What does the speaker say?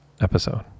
episode